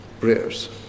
prayers